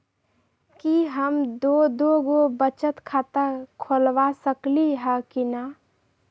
कि हम दो दो गो बचत खाता खोलबा सकली ह की न?